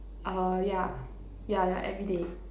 uh yeah yeah yeah everyday